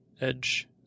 Edge